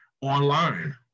Online